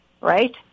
right